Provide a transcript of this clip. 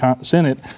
Senate